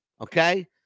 okay